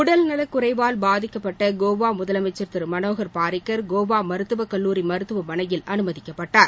உடல்நலக் குறைவால் பாதிக்கப்பட்ட கோவா முதலமைச்சர் திரு மனோகர் பாரிக்கர் கோவா மருத்துவக்கல்லூரி மருத்துவமனையில் அனுமதிக்கப்பட்டார்